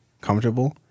comfortable